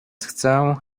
chcę